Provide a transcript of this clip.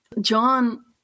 John